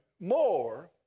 more